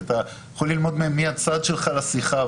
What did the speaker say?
כי אתה יכול ללמוד מהם מי הצד שלך לשיחה,